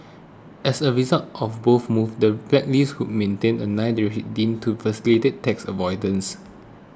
as a result of both moves the blacklist would maintain a nine deemed to facilitate tax avoidance